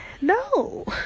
No